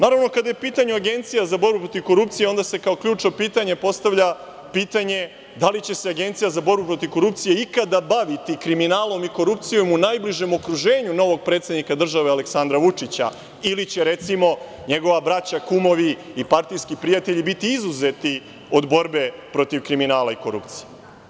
Naravno, kada je u pitanju Agencija za borbu protiv korupcije, onda se kao ključno pitanje postavlja pitanje da li će se Agencija za borbu protiv korupcije ikada baviti kriminalom i korupcijom u najbližem okruženju novog predsednika države Aleksandra Vučića ili će, recimo, njegova braća, kumovi i partijski prijatelji biti izuzeti od borbe protiv kriminala i korupcije?